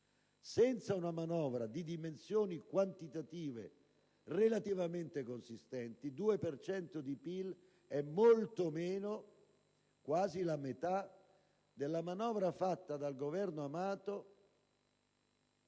una manovra di dimensioni quantitative relativamente consistenti: 2 per cento del PIL è molto meno - quasi la metà - della manovra fatta dal Governo Amato